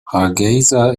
hargeysa